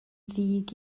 ddig